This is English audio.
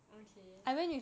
okay